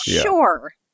Sure